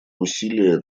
усилия